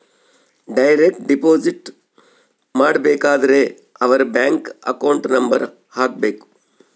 direct deposit ಮಾಡಬೇಕಾದರೆ ಅವರ್ bank account number ಹಾಕ್ಬೆಕು